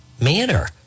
manner